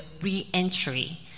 reentry